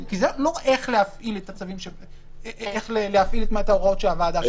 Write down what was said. כי זה לא איך להפעיל את ההוראות שהוועדה קבעה.